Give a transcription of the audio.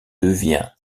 devient